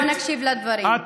בואי נקשיב לדברים.